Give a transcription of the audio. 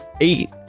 eight